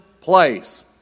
place